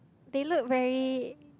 they look very